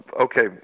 Okay